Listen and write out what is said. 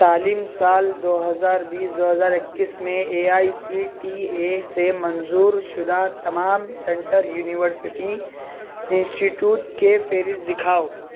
تعلیم سال دو ہزار بیس دو ہزار اکیس میں A I C T E سے منظور شدہ تمام سنٹر یونیورسٹی انسٹی ٹیوٹ کے فہرست دکھاؤ